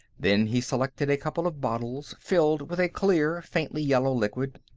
then he selected a couple of bottles filled with a clear, faintly yellow liquid,